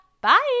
Bye